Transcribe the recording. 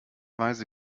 weise